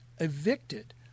evicted